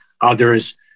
others